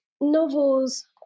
novels